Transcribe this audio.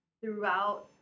Throughout